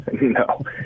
No